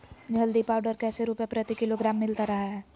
हल्दी पाउडर कैसे रुपए प्रति किलोग्राम मिलता रहा है?